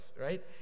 right